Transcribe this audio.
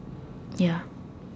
ya